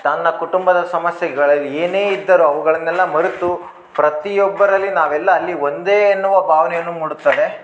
ತನ್ನ ಕುಟುಂಬದ ಸಮಸ್ಯೆಗಳಿಗೆ ಏನೇ ಇದ್ದರು ಅವುಗಳನ್ನೆಲ್ಲ ಮರೆತು ಪ್ರತಿಯೊಬ್ಬರಲ್ಲಿ ನಾವೆಲ್ಲ ಅಲ್ಲಿ ಒಂದೇ ಎನ್ನುವ ಭಾವನೆಯನ್ನು ಮೂಡುತ್ತದೆ